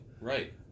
Right